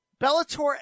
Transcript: Bellator